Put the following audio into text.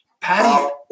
Patty